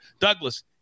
Douglas